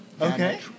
Okay